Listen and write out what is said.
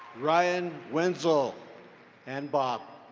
ryan winsel and bob.